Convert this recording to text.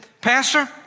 pastor